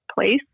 place